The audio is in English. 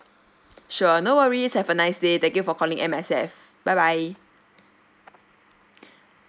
sure no worries have a nice day thank you for calling M_S_F bye bye